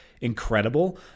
incredible